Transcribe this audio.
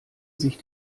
sich